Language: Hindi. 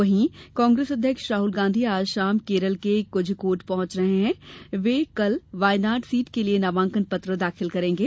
वहीं कांग्रेस अध्यक्ष राहल गांधी आज शाम केरल के कोझिकोड पहुंच रहे हैं और वे कल वायनाड सीट के लिए नामांकन पत्र दाखिल करेंगे